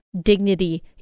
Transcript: dignity